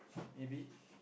maybe